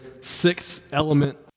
six-element